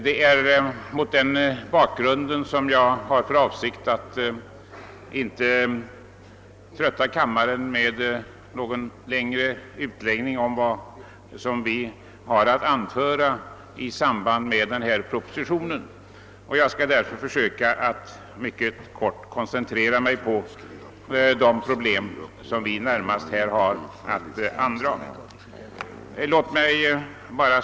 Därför skall jag inte trötta kammarens ledamöter med någon längre utläggning av vad vi inom moderata samlingspartiet har att anföra i samband med den framlagda propositionen utan i stället försöka starkt koncentrera mig på de problem som vi vill beröra i sammanhanget.